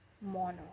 mono